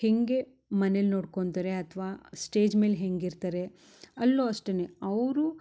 ಹೆಂಗೆ ಮನೆಲಿ ನೋಡ್ಕೊಳ್ತಾರೆ ಅಥ್ವಾ ಸ್ಟೇಜ್ ಮೇಲೆ ಹೆಂಗಿರ್ತಾರೆ ಅಲ್ಲು ಅಷ್ಟೇನೆ ಅವರು